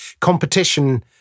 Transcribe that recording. competition